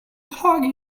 hug